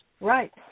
Right